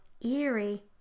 eerie